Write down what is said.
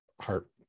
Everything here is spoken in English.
heart